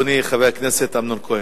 אדוני חבר הכנסת אמנון כהן.